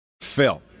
Phil